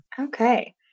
Okay